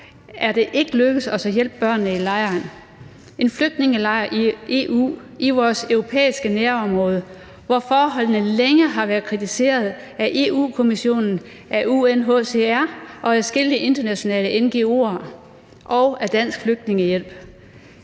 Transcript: er det ikke lykkedes os at hjælpe børnene i lejren – en flygtningelejr i EU, i vores europæiske nærområde, hvor forholdene længe har været kritiseret af Europa-Kommissionen, af UNHCR og adskillige internationale ngo'er og af Dansk Flygtningehjælp.